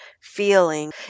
feeling